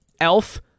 elf